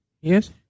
Yes